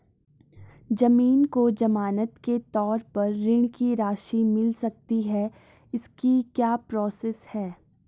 ज़मीन को ज़मानत के तौर पर ऋण की राशि मिल सकती है इसकी क्या प्रोसेस है?